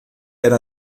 era